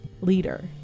leader